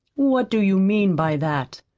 what do you mean by that?